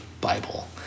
Bible